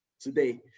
today